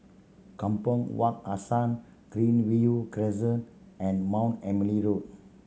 Kampong Wak Hassan Greenview Crescent and Mount Emily Road